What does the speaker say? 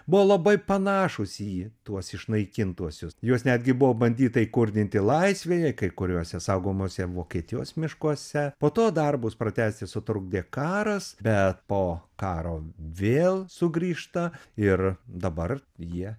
buvo labai panašūs į tuos išnaikintuosius juos netgi buvo bandyta įkurdinti laisvėje kai kuriuose saugomuose vokietijos miškuose po to darbus pratęsti sutrukdė karas bet po karo vėl sugrįžta ir dabar jie